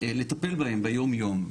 לטפל בהם ביומיום.